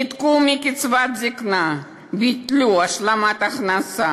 ניתקו מקצבת הזיקנה, ביטלו השלמת הכנסה,